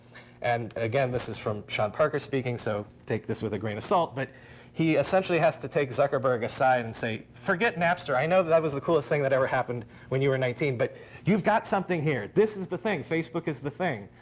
and again, this is from sean parker speaking, so take this with a grain of salt. but he essentially has to take zuckerberg aside and say, forget napster. i know that was the coolest thing that ever happened when you were nineteen, but you've got something here. this is the thing. facebook is the thing.